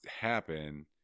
happen